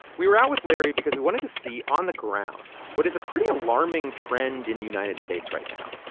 we were out with larry because we wanted to see, on the ground, what is a pretty alarming trend in the united states right now.